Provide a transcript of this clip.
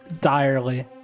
Direly